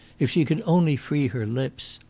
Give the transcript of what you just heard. if she could only free her lips!